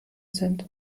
sind